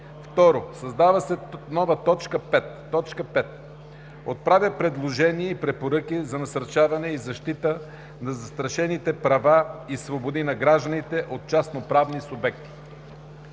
2. Създава се нова т. 5: „5. отправя предложения и препоръки за насърчаване и защита на застрашените права и свободи на гражданите от частноправни субекти;“.